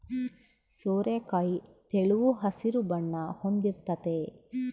ಸೋರೆಕಾಯಿ ತೆಳು ಹಸಿರು ಬಣ್ಣ ಹೊಂದಿರ್ತತೆ